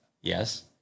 yes